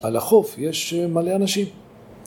על החוף יש מלא אנשים